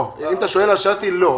אם אתה שואל אז שאלתי לא.